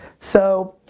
so,